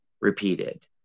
repeated